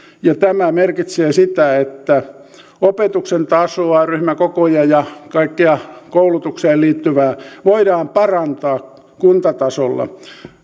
tämä merkitsee sitä että opetuksen tasoa ja ryhmäkokoja ja kaikkea koulutukseen liittyvää voidaan parantaa kuntatasolla